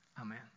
Amen